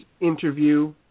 interview